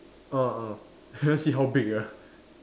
ah ah never see how big ah